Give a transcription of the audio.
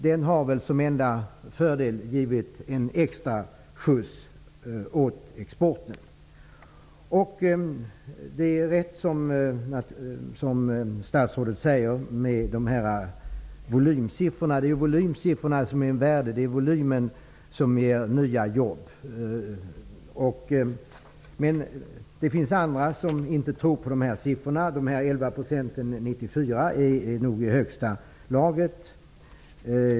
Devalveringen har som enda fördel gett en extra skjuts åt exporten. Det är riktigt, som statsrådet säger, att det är volymsiffrorna som är av värde. Det är volymen som ger nya jobb. Det finns andra som inte tror på dessa siffror. Statsrådet talar i svaret om en uppgång på 11 % för 1994. Det är nog i högsta laget.